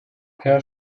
per